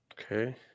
okay